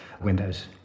windows